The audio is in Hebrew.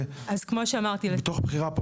מתוך בחירה,